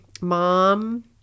mom